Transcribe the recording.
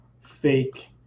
fake